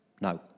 No